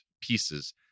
pieces